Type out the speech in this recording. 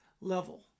level